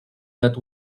that